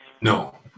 No